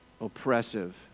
Oppressive